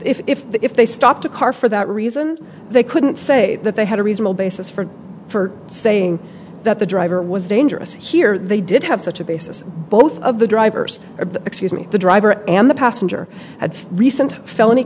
the if they stopped a car for that reason they couldn't say that they had a reasonable basis for for saying that the driver was dangerous here they did have such a basis both of the drivers of the excuse me the driver and the passenger had recent felony